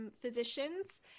physicians